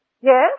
Yes